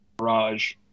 Mirage